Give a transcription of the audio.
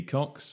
Cox